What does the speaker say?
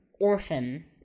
orphan